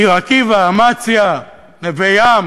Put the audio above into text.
ניר-עקיבא, אמציה, נווה-ים.